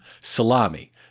salami